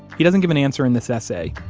he doesn't give an answer in this essay,